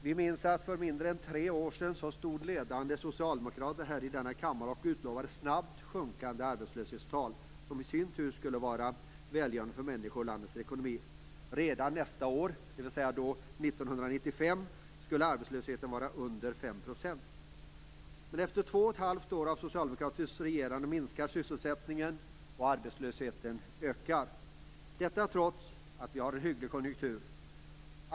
Vi minns att för mindre än tre år sedan utlovade ledande socialdemokrater i denna kammare snabbt sjunkande arbetslöshetstal, som i sin tur skulle vara välgörande för landets ekonomi. Redan nästföljande år, dvs. då 1995, skulle arbetslösheten vara under 5 % Men efter två och ett halvt år av socialdemokratiskt regerande minskar sysselsättningen och arbetslösheten ökar - detta trots att vi har en hygglig konjunktur.